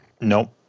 Nope